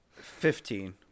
Fifteen